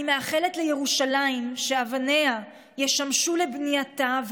אני מאחלת לירושלים שאבניה ישמשו לבנייתה,